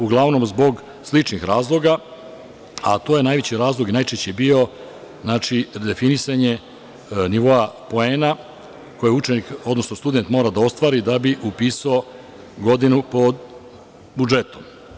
Uglavnom zbog sličnih razloga, a to je najveći razlog i najčešći je bio, znači, definisanje nivoa poena, koje učenik, odnosno student mora da ostvari da bi upisao godinu po budžetu.